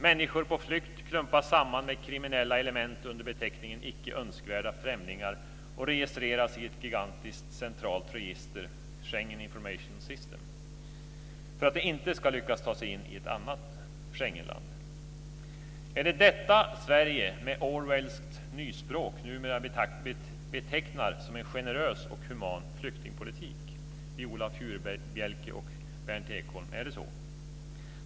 Människor på flykt klumpas samman med kriminella element under beteckningen "icke önskvärda främlingar" och registeras i ett gigantiskt centralt register - Schengen Information System - för att de inte ska lyckas ta sig in i ett annat Är det detta vi i Sverige med Orwellskt nyspråk numera betecknar som en generös och human flyktingpolitik? Är det så, Viola Furubjelke och Berndt Ekholm?